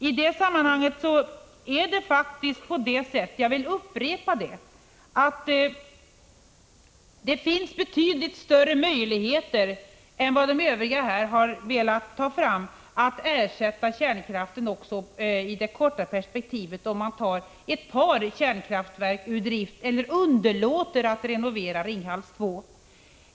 I detta sammanhang vill jag påpeka att det faktiskt finns betydligt större möjligheter än vad de övriga här har velat erkänna att ersätta kärnkraften också i det korta perspektivet, om man tar ett par kärnkraftverk ur drift eller underlåter att renovera Ringhals 2.